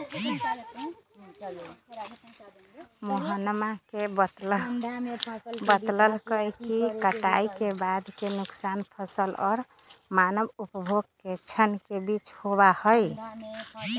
मोहनवा ने बतल कई कि कटाई के बाद के नुकसान फसल और मानव उपभोग के क्षण के बीच होबा हई